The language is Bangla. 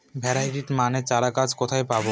ভ্যারাইটি মানের চারাগাছ কোথায় পাবো?